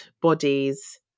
bodies